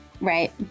Right